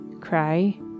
cry